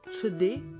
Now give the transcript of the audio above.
today